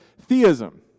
theism